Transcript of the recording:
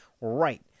right